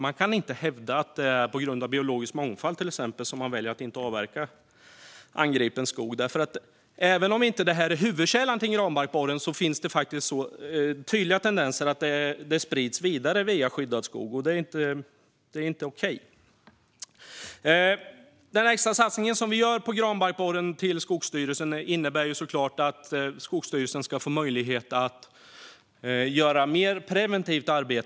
Man kan inte hävda att det är på grund av till exempel biologisk mångfald som man väljer att inte avverka angripen skog. Även om detta inte är huvudkällan till granbarkborren finns det tydliga tendenser att den sprids vidare via skyddad skog, och det är inte okej. Den extra satsning som vi riktar till Skogsstyrelsen när det gäller granbarkborren innebär såklart att Skogsstyrelsen ska få möjlighet att göra mer preventivt arbete.